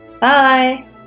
Bye